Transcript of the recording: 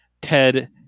ted